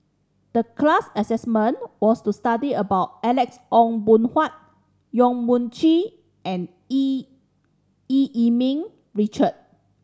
the class assignment was to study about Alex Ong Boon Hau Yong Mun Chee and Eu Eu Yee Ming Richard